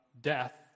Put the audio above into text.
death